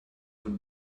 would